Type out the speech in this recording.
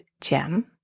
gem